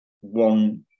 one